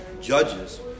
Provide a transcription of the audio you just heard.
judges